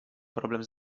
problem